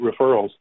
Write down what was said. referrals